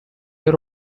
year